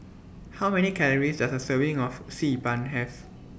How Many Calories Does A Serving of Xi Ban Have